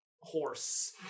horse